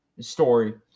story